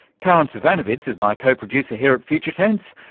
karin zsivanovits is my co-producer here at future tense.